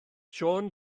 siôn